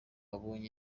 abonye